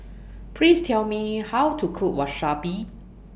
Please Tell Me How to Cook Wasabi